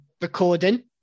recording